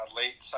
late